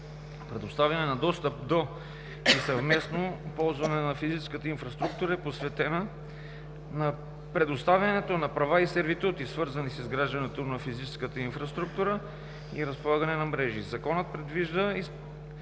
Предоставяне на достъп до и съвместно ползване на физическата инфраструктура“, е посветена на предоставянето на права и сервитути, свързани с изграждането на физическата инфраструктура и разполагане на мрежи. Законът предвижда